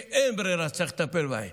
שאין ברירה, צריך לטפל בהם.